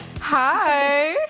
hi